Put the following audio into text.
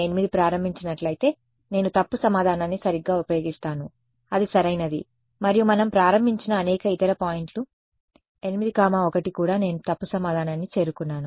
నేను 0 8 ప్రారంభించినట్లయితే నేను తప్పు సమాధానాన్ని సరిగ్గా ఉపయోగిస్తాను అది సరైనది మరియు మనం ప్రారంభించిన అనేక ఇతర పాయింట్లు 8 1 కూడా నేను తప్పు సమాధానాన్ని చేరుకున్నాను